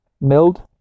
milled